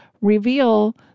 reveal